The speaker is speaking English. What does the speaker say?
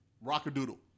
Rock-A-Doodle